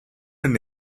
and